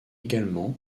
également